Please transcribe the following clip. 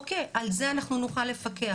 אוקיי, על זה אנחנו נוכל לפקח.